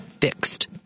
fixed